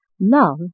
Love